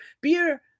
beer